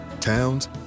towns